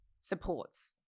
supports